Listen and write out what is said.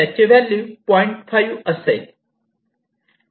त्याची व्हॅल्यू 0